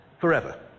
forever